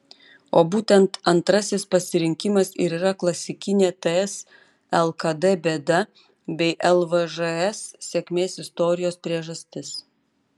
o būtent antrasis pasirinkimas ir yra klasikinė ts lkd bėda bei lvžs sėkmės istorijos priežastis